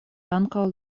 ankaŭ